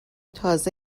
تازه